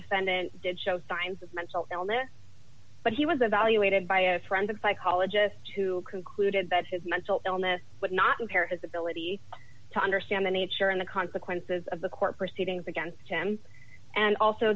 defendant did show signs of mental illness but he was evaluated by a friend of psychologists who concluded that his mental illness would not impair his ability to understand the nature and the consequences of the court proceedings against him and also